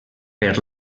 per